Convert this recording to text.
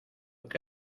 que